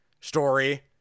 story